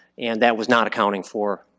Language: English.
and that was not accounting for